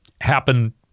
happen